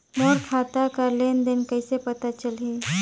मोर खाता कर लेन देन कइसे पता चलही?